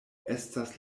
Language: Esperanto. estas